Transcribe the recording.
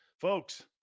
Folks